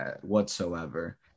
whatsoever